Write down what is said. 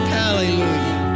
hallelujah